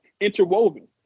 interwoven